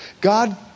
God